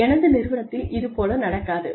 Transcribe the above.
ஆனால் எனது நிறுவனத்தில் இது போல நடக்காது